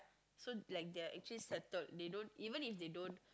so like their actually settled they don't even if they don't